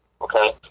okay